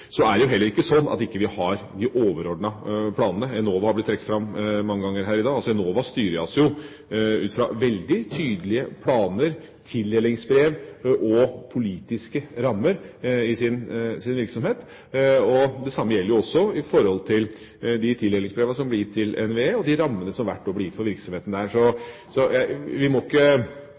Så er det heller ikke sånn at vi ikke har de overordnede planene. Enova har blitt trukket fram mange ganger her i dag. Enovas virksomhet styres jo ut fra veldig tydelige planer, tildelingsbrev og politiske rammer. Det samme gjelder i forhold til de tildelingsbrevene som blir gitt til NVE, og de rammene som hvert år blir gitt for virksomheten der. Så vi må ikke